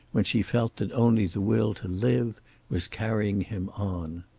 when she felt that only the will to live was carrying him on.